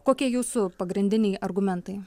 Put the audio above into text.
kokie jūsų pagrindiniai argumentai